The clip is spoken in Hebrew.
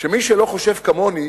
שמי שלא חושב כמוני